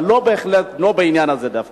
אבל לא בעניין הזה דווקא.